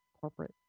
corporate